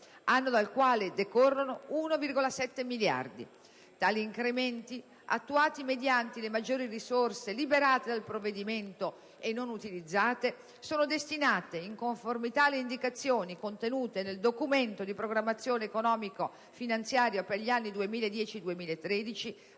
anno dal quale decorre 1,7 miliardi. Tali incrementi, attuati mediante le maggiori risorse liberate dal provvedimento e non utilizzate, sono destinati, in conformità alle indicazioni contenute nel Documento di programmazione economico-finanziaria per gli anni 2010-2013